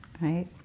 right